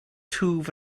twf